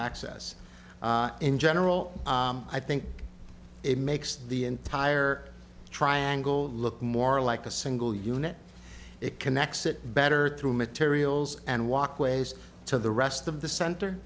access in general i think it makes the entire triangle look more like a single unit it connects it better through materials and walkways to the rest of the center